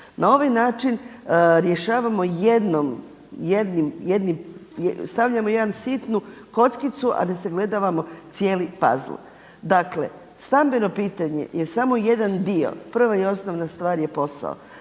jednim, stavljamo jednu sitnu kockicu a da sagledavamo cijeli puzzle. Dakle, stambeno pitanje je samo jedan dio, prva i osnovna stvar je posao.